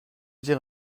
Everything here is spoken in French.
dire